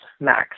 max